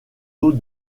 lot